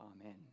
Amen